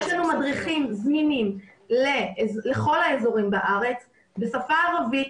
יש לנו מדריכים זמינים לכל האזורים בארץ בשפה הערבית,